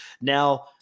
Now